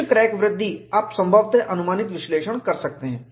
कुछ क्रैक वृद्धि आप संभवतः अनुमानित विश्लेषण कर सकते हैं